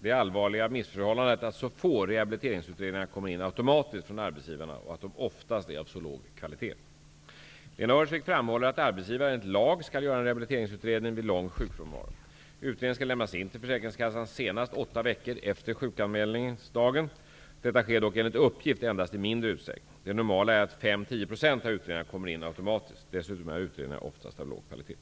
det allvarliga missförhållandet att så få rehabiliteringsutredningar kommer in automatiskt från arbetsgivarna och att de oftast är av så låg kvalitet. Lena Öhrsvik framhåller att arbetsgivare enligt lag skall göra en rehabiliteringsutredning vid lång sjukfrånvaro. Utredningen skall lämnas in till försäkringskassan senast åtta veckor efter sjukanmälningsdagen. Detta sker dock enligt uppgift endast i mindre utsträckning. Det normala är att 5--10 % av utredningarna kommer in automatiskt. Dessutom är utredningarna oftast av låg kvalitet.